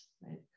right